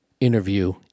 interview